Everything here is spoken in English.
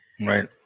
Right